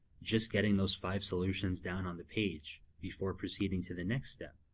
just getting those five solutions down on the page before proceeding to the next step.